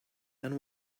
and